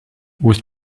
with